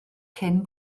cyn